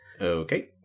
Okay